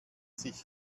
sich